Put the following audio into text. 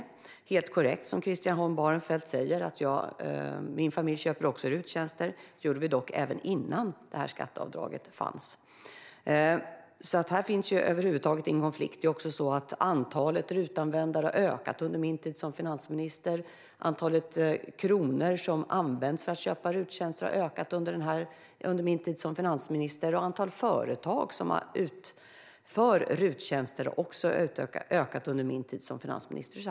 Det är helt korrekt som Christian Holm Barenfeld säger att min familj också köper RUT-tjänster. Det gjorde vi dock även innan skatteavdraget fanns. Här finns över huvud taget ingen konflikt. Antalet RUT-användare har ökat under min tid som finansminister, antalet kronor som används för att köpa RUT-tjänster har ökat under min tid som finansminister och antalet företag som utför RUT-tjänster har ökat under min tid som finansminister.